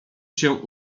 się